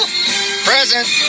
present